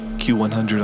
q100